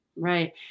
right